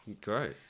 Great